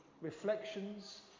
reflections